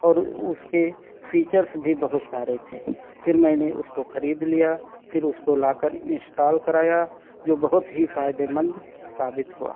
اور اس کے فیچرس بھی بہت سارے تھے پھر میں نے اس کو خرید لیا پھر اس کو لا کر انسٹال کرایا جو بہت ہی فائدے مند ثابت ہوا